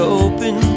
open